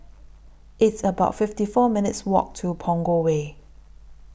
It's about fifty four minutes' Walk to Punggol Way